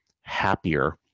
happier